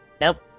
Nope